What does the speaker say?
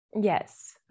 Yes